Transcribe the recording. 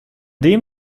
dem